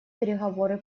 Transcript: переговоры